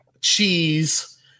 cheese